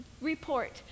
report